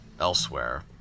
elsewhere